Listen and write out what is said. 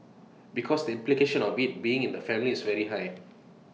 because the implication of being being in the family is very high